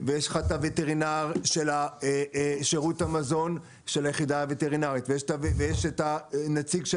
יש לך את הווטרינר של שירות המזון של היחידה הווטרינרית ויש את הנציג של